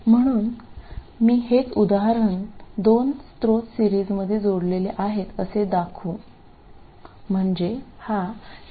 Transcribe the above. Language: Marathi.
म्हणून मी हेच उदाहरण दोन स्त्रोत सीरिजमध्ये जोडले आहेत असे दाखवू म्हणजे हा 7